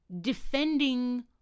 defending